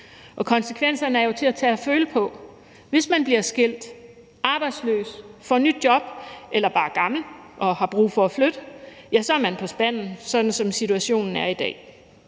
Og konsekvenserne er jo til at tage og føle på. Hvis man bliver skilt, bliver arbejdsløs, får nyt job eller bare er gammel og har brug for at flytte, ja, så er man på spanden, sådan som situationen er i dag.